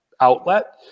outlet